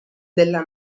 della